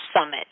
Summit